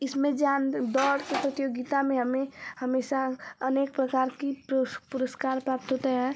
इसमें जान दौड़ की प्रतियोगिता में हमे हमेशा अनेक प्रकार की पुरुस् पुरस्कार प्राप्त होते हैं